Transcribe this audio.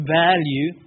value